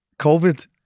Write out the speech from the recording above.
COVID